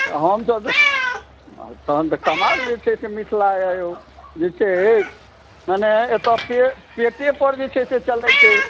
हमसब तऽ तहन तऽ कमाल जे छै से मिथिला यऽ यौ जे छै मने एतऽ पेटे पर जे छै से चलैत छै